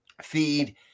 feed